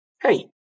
Hey